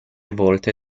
volte